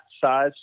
size